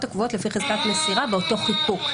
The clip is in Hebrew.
הקבועות לפי חזקת מסירה באותו חיקוק.